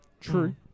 True